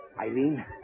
Eileen